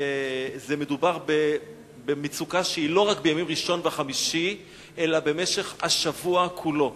מדובר במצוקה שהיא לא רק בימים ראשון וחמישי אלא במשך השבוע כולו.